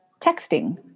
texting